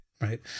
right